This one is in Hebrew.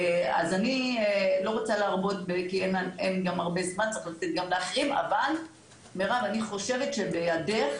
אני לא רוצה להאריך, אבל מירב, אני חושבת שבידייך